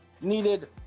needed